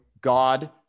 God